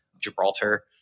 Gibraltar